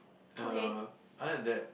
uh other than that